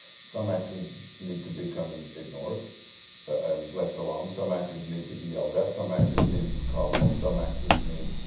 some actors need to be kind of ignored and left alone. some actors need to be yelled at, some actors need cuddling, some actors need,